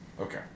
okay